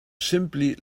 simply